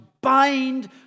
bind